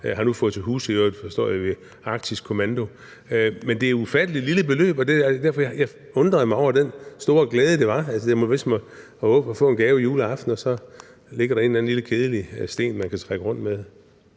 har fået til huse ved Arktisk Kommando. Men det er jo et ufattelig lille beløb, og det var derfor, jeg undrede mig over den store glæde, der var. Altså, det er ligesom at håbe på at få en gave juleaften, og så ligger der en eller anden lille kedelig sten, man kan trække rundt med.